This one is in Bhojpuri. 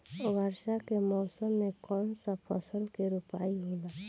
वर्षा के मौसम में कौन सा फसल के रोपाई होला?